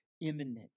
imminent